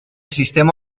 sistema